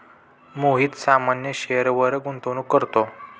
मोहित सामान्य शेअरवर गुंतवणूक करतो